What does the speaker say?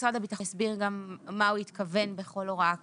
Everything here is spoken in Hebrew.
משרד הביטחון יסביר גם מה הוא התכוון בכל הוראה כזאת.